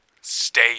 Stay